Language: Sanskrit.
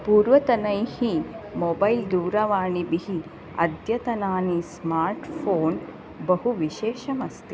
पूर्वतनैः मोबैल् दूरवाणिभिः अद्यतनानि स्मार्ट् फ़ोन् बहु विशेषमस्ति